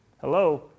Hello